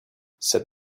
said